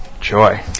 Joy